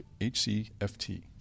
HCFT